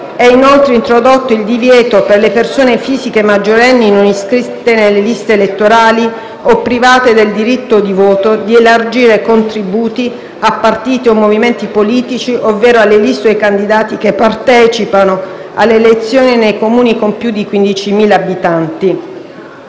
È inoltre introdotto il divieto, per le persone fisiche maggiorenni non iscritte nelle liste elettorali o private del diritto di voto, di elargire contributi a partiti o movimenti politici, ovvero alle liste e ai candidati che partecipino alle elezioni nei Comuni con più di 15.000 abitanti.